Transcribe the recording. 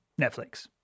Netflix